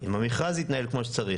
אם המכרז התנהל כמו שצריך,